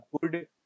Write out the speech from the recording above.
good